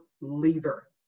lever